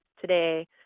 today